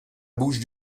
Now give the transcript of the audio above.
bouche